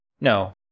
No